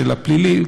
של הפלילי,